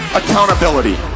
accountability